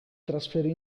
trasferì